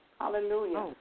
Hallelujah